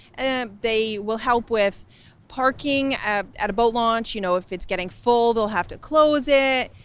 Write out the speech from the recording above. and they will help with parking at at a boat launch. you know, if it's getting full, they'll have to close it.